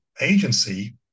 agency